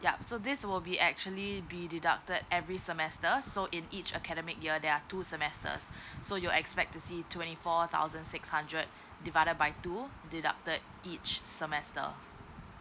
ya so this will be actually be deducted every semester so in each academic year there are two semesters so you're expect to see twenty four thousand six hundred divided by two deducted each semester